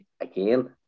again